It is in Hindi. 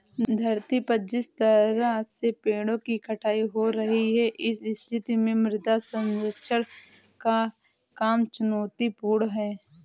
धरती पर जिस तरह से पेड़ों की कटाई हो रही है इस स्थिति में मृदा संरक्षण का काम चुनौतीपूर्ण है